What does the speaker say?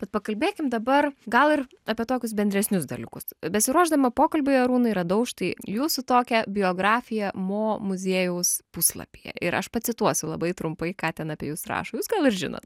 bet pakalbėkim dabar gal ir apie tokius bendresnius dalykus besiruošdama pokalbiui arūnai radau štai jūsų tokią biografiją mo muziejaus puslapyje ir aš pacituosiu labai trumpai ką ten apie jus rašo jūs gal ir žinot